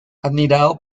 admirado